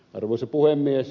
arvoisa puhemies